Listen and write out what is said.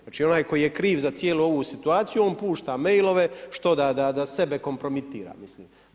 Znači, onaj koji je kriv za cijelu ovu situaciju, on pušta mail-ove, što da sebe kompromitira, mislim.